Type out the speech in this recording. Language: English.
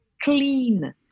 clean